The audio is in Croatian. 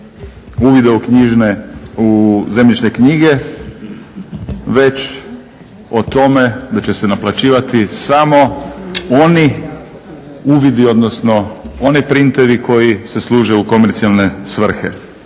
uvida u zemljišne knjige već o tome da će se naplaćivati samo oni uvidi, odnosno oni printevi koji se služe u komercijalne svrhe.